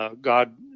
God